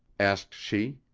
asked she.